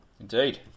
Indeed